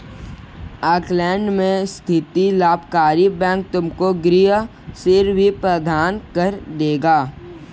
Auckland में स्थित लाभकारी बैंक तुमको गृह ऋण भी प्रदान कर देगा